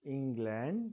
England